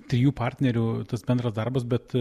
trijų partnerių tas bendras darbas bet